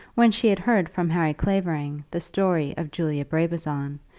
when she had heard from harry clavering the story of julia brabazon,